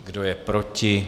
Kdo je proti?